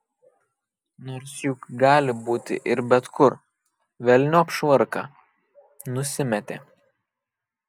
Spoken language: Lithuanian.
nors juk gali būti ir bet kur velniop švarką nusimetė